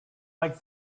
like